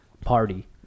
party